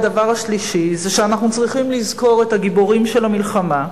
הדבר השלישי הוא שאנחנו צריכים לזכור את הגיבורים של המלחמה.